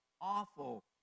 awful